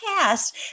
past